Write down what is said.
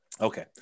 Okay